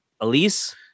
Elise